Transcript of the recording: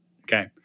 Okay